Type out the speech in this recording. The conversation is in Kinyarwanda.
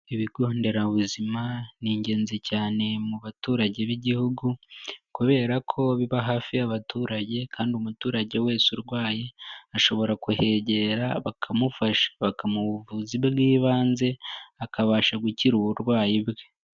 Ibigo nderabuzima ni ingenzi cyane mu baturage b'igihugu kubera ko biba hafi y'abaturage kandi umuturage wese urwaye ashobora kuhegera bakamufasha, bakamuha ubuvuzi bw'ibanze akabasha gukira uburwayi bwe.